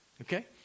Okay